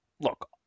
look